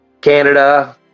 Canada